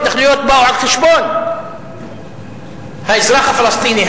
ההתנחלויות באו על חשבון האזרח הפלסטיני,